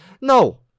No